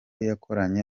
yakoranye